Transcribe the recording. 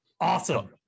Awesome